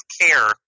care